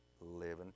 living